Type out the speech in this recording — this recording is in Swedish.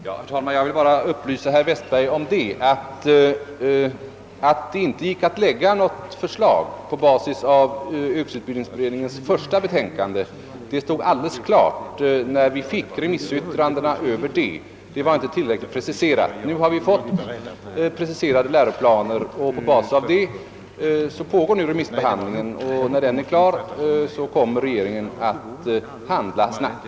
Herr talman! Jag vill upplysa herr Westberg om att när vi fick remissyttrandena över yrkesutbildningsberedningens första betänkande stod det alldeles klart att det inte gick att framlägga ett förslag på basis av det; det var inte tillräckligt preciserat. Nu har vi emellertid fått preciserade läroplaner. Dessa remissbehandlas för närvarande och när remissbehandlingen är klar kommer regeringen att handla snabbt.